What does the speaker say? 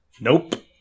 Nope